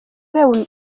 ureba